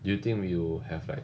do you think you'll have like